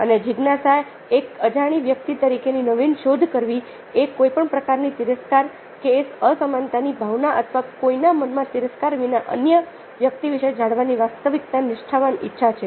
અને જિજ્ઞાસા એક અજાણી વ્યક્તિ તરીકેની નવીન શોધો કરવી એ કોઈપણ પ્રકારની તિરસ્કાર કે અસમાનતાની ભાવના અથવા કોઈના મનમાં તિરસ્કાર વિના અન્ય વ્યક્તિ વિશે જાણવાની વાસ્તવિક નિષ્ઠાવાન ઈચ્છા છે